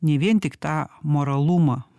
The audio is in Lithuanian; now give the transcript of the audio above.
ne vien tik tą moralumą